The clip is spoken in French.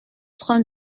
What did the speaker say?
train